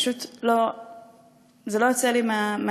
זה פשוט לא יוצא לי מהזיכרון,